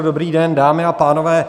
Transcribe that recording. Dobrý den, dámy a pánové.